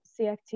CFT